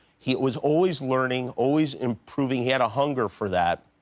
he was always learning, always improving. he had a hunger for that.